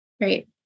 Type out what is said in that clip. Great